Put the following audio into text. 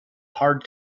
hard